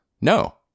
No